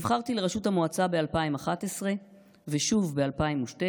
נבחרתי לראשות המועצה ב-2011 ושוב ב-2012,